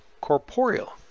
corporeal